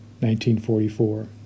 1944